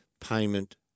payment